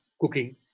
cooking